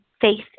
faith